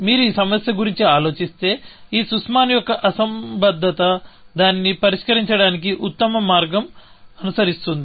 మీరు ఈ సమస్య గురించి ఆలోచిస్తే ఈ సుస్మాన్ యొక్క అసంబద్ధత దానిని పరిష్కరించడానికి ఉత్తమ మార్గం అనుసరిస్తుంది